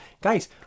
guys